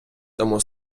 тому